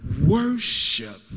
worship